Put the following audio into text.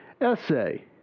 essay